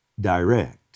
direct